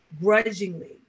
grudgingly